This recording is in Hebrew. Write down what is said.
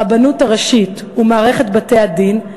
הרבנות הראשית ומערכת בתי-הדין,